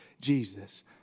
Jesus